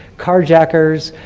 car jackers,